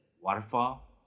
waterfall